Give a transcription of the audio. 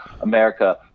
America